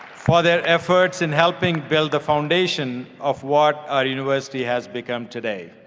for their efforts in helping build the foundation of what our university has become today.